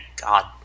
god